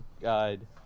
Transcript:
guide